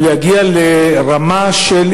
ולהגיע לרמה של